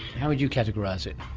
how would you categorise it?